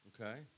Okay